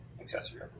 accessory